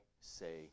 say